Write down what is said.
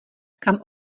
kam